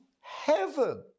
heaven